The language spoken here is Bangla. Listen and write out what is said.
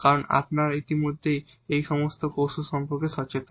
কারণ আপনারা অনেকেই ইতিমধ্যে এই সমস্ত কৌশল সম্পর্কে সচেতন